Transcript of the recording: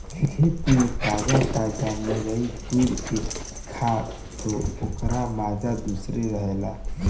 खेते में ताजा ताजा मुरई तुर के खा तअ ओकर माजा दूसरे रहेला